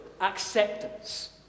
acceptance